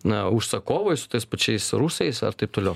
na užsakovais su tais pačiais rusais ar taip toliau